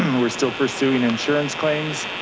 and we're still pursuing insurance claims.